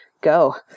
go